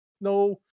No